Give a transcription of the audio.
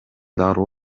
дароо